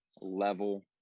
level